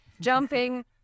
jumping